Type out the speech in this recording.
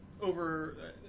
over